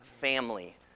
family